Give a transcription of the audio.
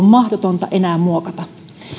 mahdotonta enää muokata